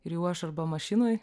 ir jau aš arba mašinoj